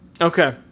okay